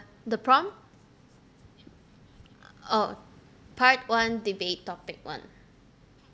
the prompt oh part one debate topic one